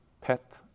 pet